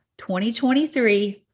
2023